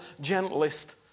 gentlest